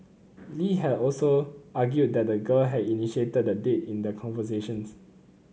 Lee had also argued that the girl had initiated the date in their conversations